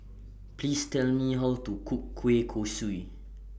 Please Tell Me How to Cook Kueh Kosui